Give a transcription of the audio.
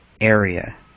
area